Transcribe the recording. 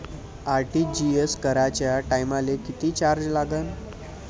RTGS कराच्या टायमाले किती चार्ज लागन?